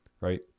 right